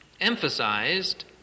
emphasized